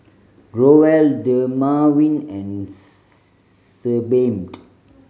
Growell Dermaveen and Sebamed